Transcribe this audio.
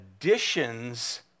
additions